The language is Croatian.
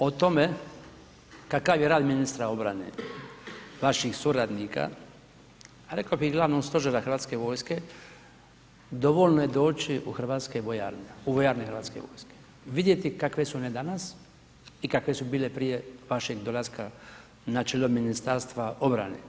O tome kakav je rad ministra obrane, vaših suradnika, rekao bih Glavnog stožera Hrvatske vojske dovoljno je doći u hrvatske vojarne, u vojarne Hrvatske vojske, vidjeti kakve su one danas i kakve su bile prije vašeg dolaska na čelo Ministarstva obrane.